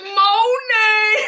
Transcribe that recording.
money